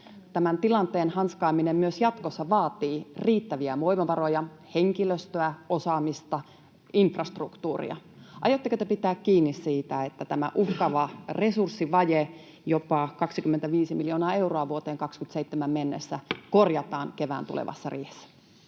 Tämän tilanteen hanskaaminen myös jatkossa vaatii riittäviä voimavaroja, henkilöstöä, osaamista, infrastruktuuria. Aiotteko te pitää kiinni siitä, että tämä uhkaava resurssivaje, jopa 25 miljoonaa euroa vuoteen 27 mennessä, korjataan kevään tulevassa riihessä?